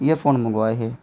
earphone मंगवाए हे